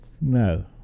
No